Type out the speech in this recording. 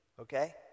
okay